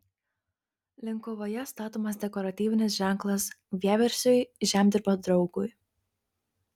linkuvoje statomas dekoratyvinis ženklas vieversiui žemdirbio draugui